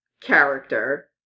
character